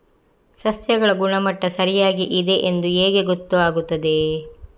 ಸಸ್ಯಗಳ ಗುಣಮಟ್ಟ ಸರಿಯಾಗಿ ಇದೆ ಎಂದು ಹೇಗೆ ಗೊತ್ತು ಆಗುತ್ತದೆ?